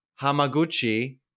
Hamaguchi